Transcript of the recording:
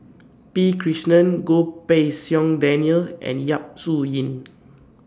P Krishnan Goh Pei Siong Daniel and Yap Su Yin